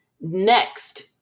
Next